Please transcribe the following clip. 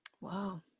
Wow